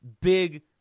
Big